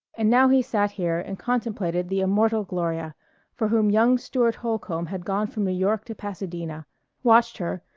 and now he sat here and contemplated the immortal gloria for whom young stuart holcome had gone from new york to pasadena watched her,